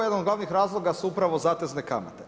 Jedan od glavnih razloga su upravo zatezne kamate.